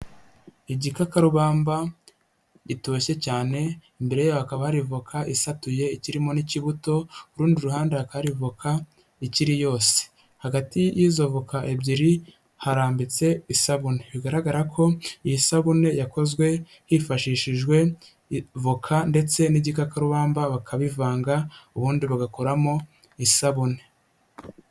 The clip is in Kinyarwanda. Igikakarubamba gitoshye cyane imbere yaho hakaba hari ivoka isatuye ikirimo n'ikibuto, ku rundi ruhande hakaba hari voka ikiri yose, hagati y'izo voka ebyiri harambitse isabune, bigaragara ko iyi sabune yakozwe hifashishijwe voka ndetse n'igikakarubamba bakabivanga ubundi bagakoramo isabune.